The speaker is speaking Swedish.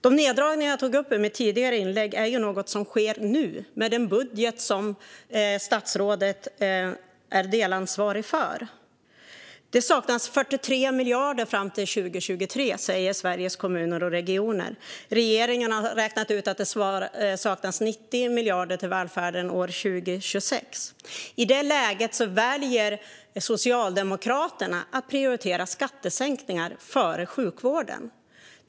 De neddragningar som jag tog upp i mitt tidigare inlägg är något som sker nu med den budget som statsrådet är delansvarig för. Det saknas 43 miljarder fram till 2023, säger Sveriges Kommuner och Regioner. Regeringen har räknat ut att det kommer att saknas 90 miljarder till välfärden år 2026. I det läget väljer Socialdemokraterna att prioritera skattesänkningar före sjukvården.